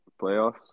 playoffs